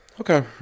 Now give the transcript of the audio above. Okay